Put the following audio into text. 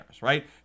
right